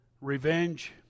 revenge